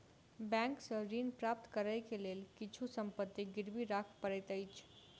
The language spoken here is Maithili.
बैंक सॅ ऋण प्राप्त करै के लेल किछु संपत्ति गिरवी राख पड़ैत अछि